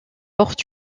portent